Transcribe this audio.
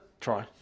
try